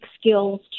skills